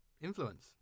influence